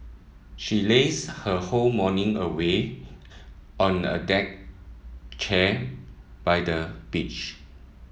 she lazed her whole morning away on a deck chair by the beach